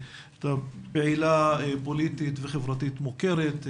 הייתה פעילה פוליטית וחברתית מוכרת,